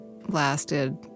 lasted